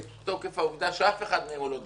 מתוקף העובדה שאף אחד מהם הוא לא דיין.